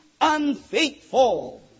unfaithful